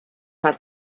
had